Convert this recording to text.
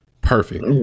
perfect